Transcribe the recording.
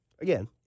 Again